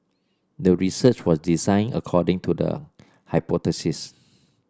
the research was designed according to the hypothesis